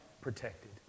protected